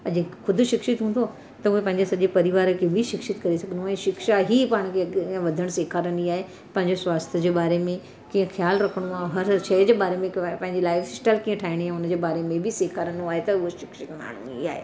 ऐं जे ख़ुदि शिक्षित हूंदो त उहो पंहिंजे सॼे परिवार खे बि शिक्षित करे सघंदो ऐंं शिक्षा ई पाण खे अॻे वधणु सेखारींदी आहे पंहिंजे स्वास्थ्य जे बारे में कीअं ख़्यालु रखिणो आहे हर शइ जे बारे में को आहे पंहिंजी लाइफस्टाइल कीअं ठाहिणी आहे उनजे बारे में बि सेखारींदो आहे त उहो शिक्षित माण्हू ई आहे